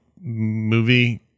movie